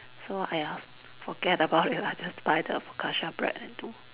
so !aiya! forget about it lah I just buy the focaccia bread and do